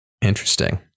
interesting